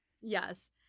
Yes